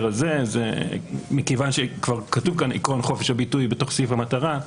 הזה מכיוון שכבר כתוב כאן עיקרון חופש הביטוי בתוך סעיף המטרה,